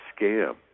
scam